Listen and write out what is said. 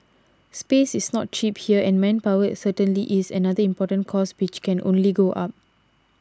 space is not cheap here and manpower is certainly is another important cost which can only go up